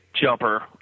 jumper